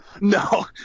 No